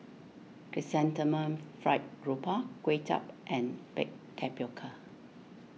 Chrysanthemum Fried Grouper Kway Chap and Baked Tapioca